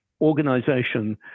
organization